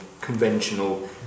conventional